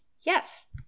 yes